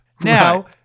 Now